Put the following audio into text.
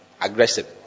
aggressive